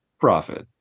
profit